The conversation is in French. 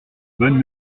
bonne